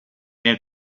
nel